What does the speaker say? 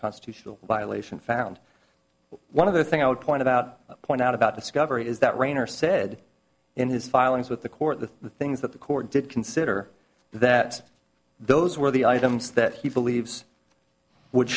constitutional violation found one of the things i would point out point out about discovery is that reiner said in his filings with the court the things that the court did consider that those were the items that he believes would